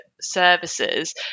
services